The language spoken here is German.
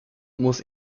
muss